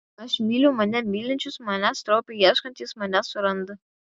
aš myliu mane mylinčius manęs stropiai ieškantys mane suranda